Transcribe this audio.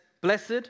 blessed